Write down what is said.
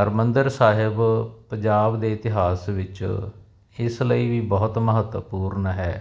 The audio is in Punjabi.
ਹਰਿਮੰਦਰ ਸਾਹਿਬ ਪੰਜਾਬ ਦੇ ਇਤਿਹਾਸ ਵਿੱਚ ਇਸ ਲਈ ਵੀ ਬਹੁਤ ਮਹੱਤਵਪੂਰਨ ਹੈ